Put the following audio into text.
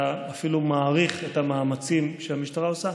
אפילו מעריך את המאמצים שהמשטרה עושה,